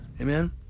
Amen